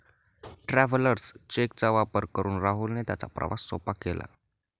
travellers cheque चा वापर करून राहुलने त्याचा प्रवास सोपा केला